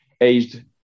aged